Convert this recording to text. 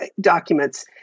documents